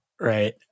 Right